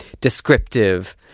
descriptive